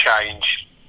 change